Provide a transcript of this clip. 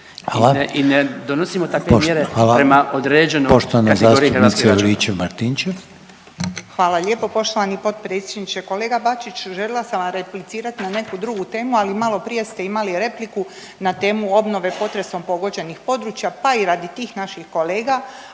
zastupnica Juričev Martinčev. **Juričev-Martinčev, Branka (HDZ)** Hvala lijepo poštovani potpredsjedniče. Kolega Bačić željela sam vam replicirati na neku drugu temu, ali maloprije ste imali repliku na temu obnove potresom pogođenih područja pa i radi tih naših kolega,